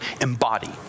embody